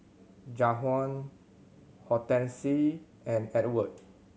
Jajuan Hortense and Edward